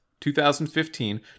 2015